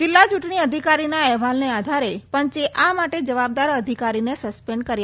જિલ્લા ચૂંટણી અધિકારીના અહેવાલના આધારે પંચે આ માટે જવાબદાર અધિકારીને સસ્પેન્ડ કર્યા છે